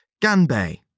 ganbei